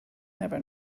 never